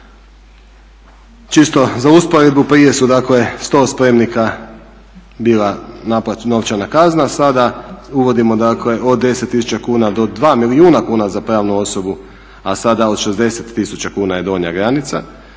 Čisto za usporedbu, prije su dakle 100 spremnika bila naplaćena novčana kazna, sada uvodimo dakle od 10 000 kuna do 2 milijuna kuna za pravnu osobu, a sada od 60 000 kuna je donja granica.